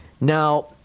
now